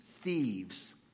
thieves